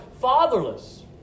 fatherless